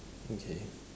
okay